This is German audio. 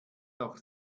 doch